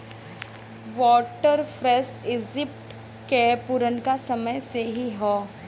water frame Egypt के पुरनका समय से ही हौ